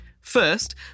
First